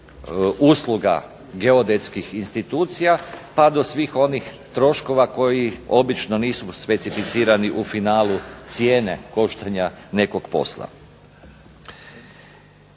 usluga geodetskih institucija pa do svih onih troškova koji obično nisu specificirani u finalu cijene koštanja nekog posla.